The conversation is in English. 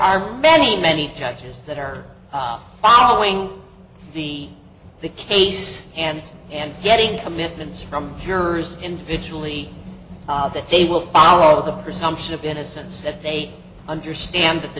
are many many judges that are following the the case and and getting commitments from jurors individually that they will follow all of the presumption of innocence that they understand that the